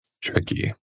tricky